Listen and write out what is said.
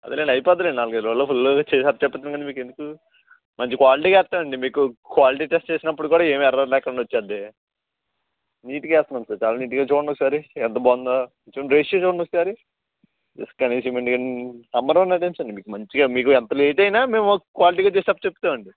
అదేలేండి అయిపోతుందింలేండి నాలుగైదు రోజులలో ఫుల్గా చేసేసి అప్పచెప్పేస్తాం లేండి మీకెందుకు మంచి క్వాలిటీగా వేస్తాం అండీ మీకు క్వాలిటీ టెస్ట్ చేసినపుడు కూడా ఏమి ఎర్రర్ లేకుండా వచ్చేద్ది నీట్గా వేస్తున్నాము సార్ చాలా నీట్గా చూడండి ఒకసారి ఎంత బాగుందో చూడండి రేషియో చూడండి ఒకసారి ఇసక అన్ని సిమెంట్ అన్ని నంబరు వన్ అదే సార్ మీకు మంచిగా మీకు మీకు ఎంత లేటైనా క్వాలిటీగా చేసి అప్పచెప్తాం అండి